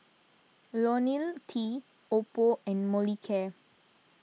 Ionil T Oppo and Molicare